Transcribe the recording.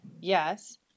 yes